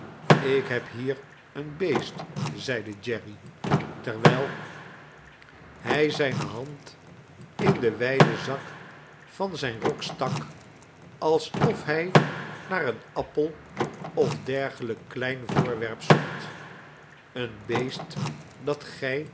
ik heb hier een beest zeide jerry terwijl hij zijne hand in den wijden zak van zijn rok stak alsof hij naar een appel of dergelijk klein voorwerp zocht een beest dat